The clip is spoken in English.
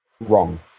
wrong